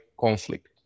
conflict